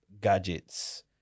gadgets